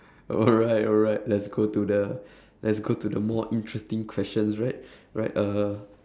alright alright let's go to the let's go to the more interesting questions right right uh